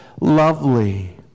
lovely